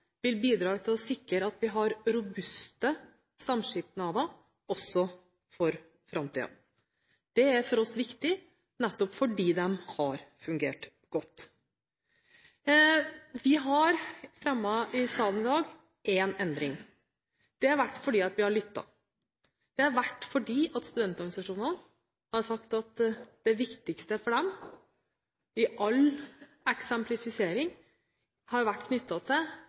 vil få flertall, vil bidra til å sikre at vi har robuste samskipnader også for framtiden. Det er viktig for oss, nettopp fordi de har fungert godt. Vi har i dag fremmet forslag til én endring. Det er fordi vi har lyttet. Det er fordi studentorganisasjonene har sagt at det viktigste for dem, i all eksemplifisering, har vært knyttet til